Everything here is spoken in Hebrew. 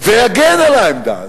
ויגן על העמדה הזאת.